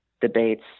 debates